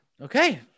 Okay